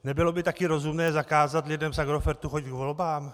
Nebylo by taky rozumné zakázat lidem z Agrofertu chodit k volbám?